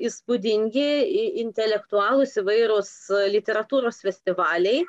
įspūdingi i intelektualūs įvairūs literatūros festivaliai